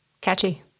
Catchy